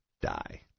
die